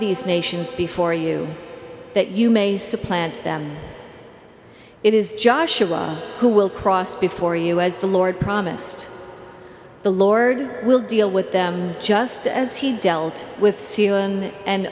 these nations before you that you may supplant them it is joshua who will cross before you as the lord promised the lord will deal with them just as he dealt with